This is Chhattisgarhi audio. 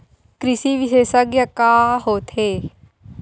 कृषि विशेषज्ञ का होथे?